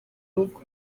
rugo